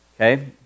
Okay